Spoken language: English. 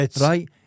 Right